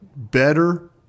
better